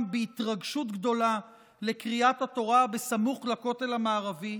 בהתרגשות גדולה לקריאת התורה בסמוך לכותל המערבי,